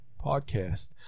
podcast